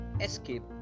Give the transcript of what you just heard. Escape